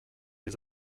les